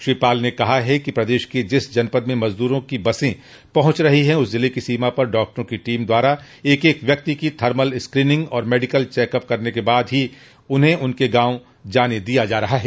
श्री पाल ने कहा कि प्रदेश के जिस जनपद में मजद्रों की बसें पहुंच रही है उस जिले की सीमा पर डॉक्टरों की टीम द्वारा एक एक व्यक्ति की थर्मल स्क्रीनिंग और मेडिकल चेकअप करने के बाद ही उन्हें उनके गांव जाने दिया जा रहा है